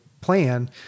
plan